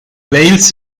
wales